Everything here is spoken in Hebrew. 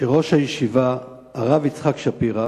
שראש הישיבה הרב יצחק שפירא